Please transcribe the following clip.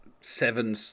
seven